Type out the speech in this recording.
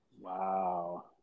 Wow